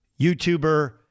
YouTuber